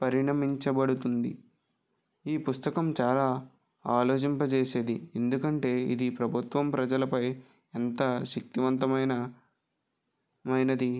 పరిణమించబడుతుంది ఈ పుస్తకం చాలా ఆలోచింపజేసేది ఎందుకంటే ఇది ప్రభుత్వం ప్రజలపై ఎంత శక్తివంతమైన మైనది